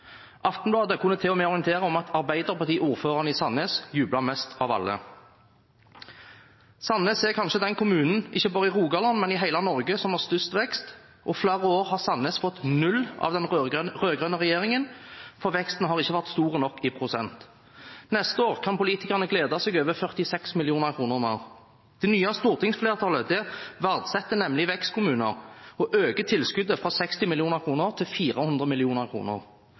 Aftenbladet kunne til og med orientere om at arbeiderpartiordføreren i Sandnes jublet mest av alle. Sandnes er kanskje den kommunen, ikke bare i Rogaland, men i hele Norge, som har størst vekst, og i flere år har Sandnes fått 0 kr av den rød-grønne regjeringen, for veksten har ikke vært stor nok i prosent. Neste år kan politikerne glede seg over 46 mill. kr mer. Det nye stortingsflertallet verdsetter nemlig vekstkommuner og øker tilskuddet fra 60 mill. kr til 400